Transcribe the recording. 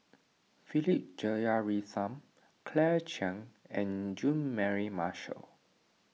Philip Jeyaretnam Claire Chiang and Jean Mary Marshall